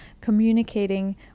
communicating